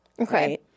Okay